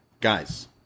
Guys